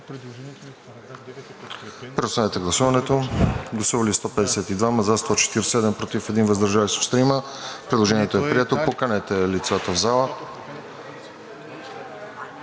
Предложението е прието. Поканете лицата в залата.